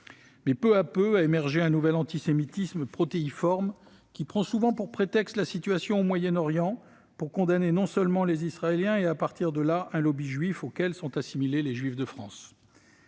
Mais peu à peu a émergé un nouvel antisémitisme qui, protéiforme, prend souvent pour prétexte la situation au Proche-Orient pour condamner non seulement les Israéliens, mais aussi, sur cette base, un « lobby juif » auquel sont assimilés les juifs de France.